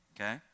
okay